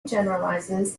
generalizes